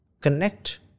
connect